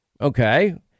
Okay